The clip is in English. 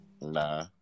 Nah